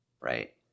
right